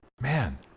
Man